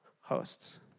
hosts